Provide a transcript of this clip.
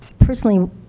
Personally